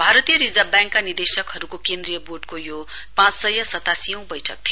भारतीय रिर्जव ब्याङ्का निदेशकहरुको केन्द्रीय बोर्डको यो पाँच सय सतासीऔं बैठक थियो